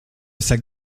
sac